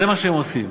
זה מה שהם עושים.